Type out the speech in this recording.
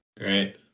Right